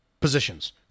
positions